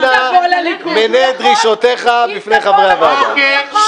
אנא מנה את דרישותיך בפני חברי הוועדה.